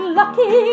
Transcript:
lucky